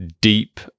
deep